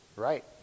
right